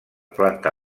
planta